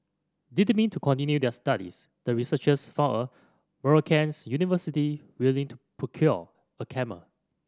determined to continue their studies the researchers found a Moroccans university willing to procure a camel